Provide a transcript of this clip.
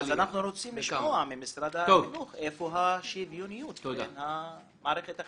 אז אנחנו רוצים לשמוע ממשרד החינוך איפה השוויוניות בין מערכת החינוך.